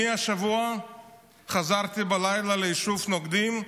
השבוע חזרתי בלילה ליישוב נוקדים.